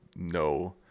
No